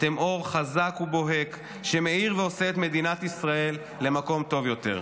אתם אור חזק ובוהק שמאיר ועושה את מדינת ישראל למקום טוב יותר.